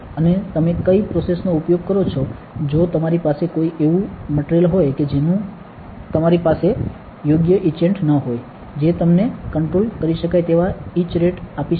અને તમે કઈ પ્રોસેસ નો ઉપયોગ કરો છો જો તમારી પાસે કોઈ એવું મટિરિયલ હોય કે જેનું પાસે તમારી પાસે યોગ્ય ઇચેન્ટ ન હોય જે તમને કંટ્રોલ કરી શકાય તેવા ઇંચ રેટ આપી શકે